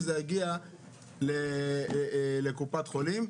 אז שזה יגיע לקופת חולים.